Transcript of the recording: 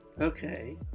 okay